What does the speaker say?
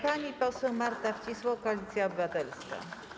Pani poseł Marta Wcisło, Koalicja Obywatelska.